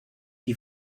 die